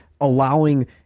allowing